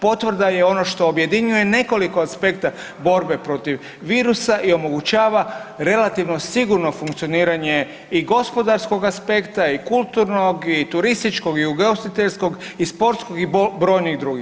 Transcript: Potvrda je ono što objedinjuje nekoliko aspekta borbe protiv virusa i omogućava relativno sigurno funkcioniranje i gospodarskog aspekta i kulturnog i turističkog i ugostiteljskog i sportskog i brojnih drugih.